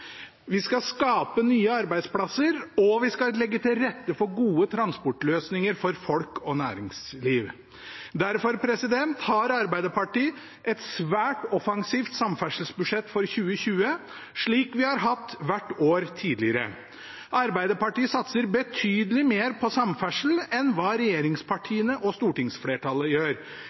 vi skal skape nye arbeidsplasser, og at vi skal legge til rette for gode transportløsninger for folk og næringsliv. Derfor har Arbeiderpartiet et svært offensivt samferdselsbudsjett for 2020, slik vi har hatt hvert år tidligere. Arbeiderpartiet satser betydelig mer på samferdsel enn hva regjeringspartiene og stortingsflertallet gjør.